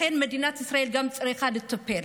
לכן, גם מדינת ישראל צריכה לטפל.